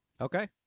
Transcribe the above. Okay